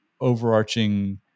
overarching